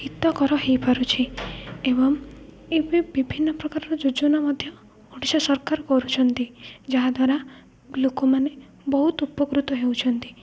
ହିତକର ହୋଇପାରୁଛି ଏବଂ ଏବେ ବିଭିନ୍ନ ପ୍ରକାରର ଯୋଜନା ମଧ୍ୟ ଓଡ଼ିଶା ସରକାର କରୁଛନ୍ତି ଯାହାଦ୍ୱାରା ଲୋକମାନେ ବହୁତ ଉପକୃତ ହେଉଛନ୍ତି